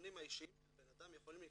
הנתונים האישיים של בנאדם יכולים להכנס,